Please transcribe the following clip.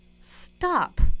stop